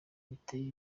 biteye